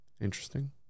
Interesting